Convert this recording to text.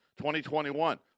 2021